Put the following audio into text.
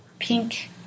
pink